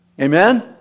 Amen